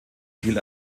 ziel